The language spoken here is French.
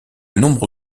nombre